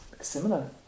similar